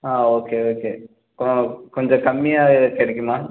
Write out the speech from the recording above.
ஆ okay okay கொ கொஞ்சம் கம்மியாக எதாச்சும் கிடைக்குமா